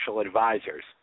advisors